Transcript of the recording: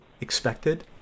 expected